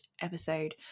episode